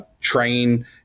train